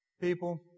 people